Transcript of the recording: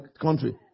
country